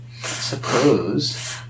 Suppose